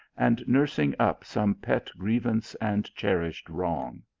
and nursing up some pet grievance and cherished wrong.